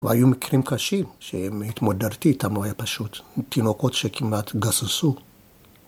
‫והיו מקרים קשים שהתמודדתי איתם, ‫לא היו פשוט. תינוקות שכמעט גססו.